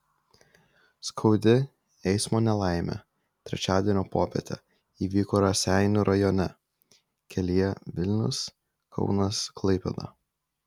skaudi eismo nelaimė trečiadienio popietę įvyko raseinių rajone kelyje vilnius kaunas klaipėda